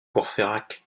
courfeyrac